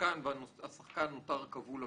בשחקן והשחקן נותר כבול לקבוצה.